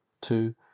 two